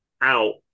out